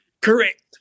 Correct